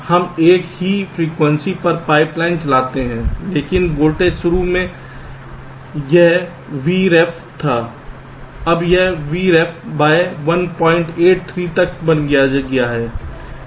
हम एक ही फ्रीक्वेंसी पर पाइपलाइन चलाते हैं लेकिन वोल्टेज शुरू में यह Vref था अब यह V Ref बाय 183 तक बन गया है